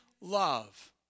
love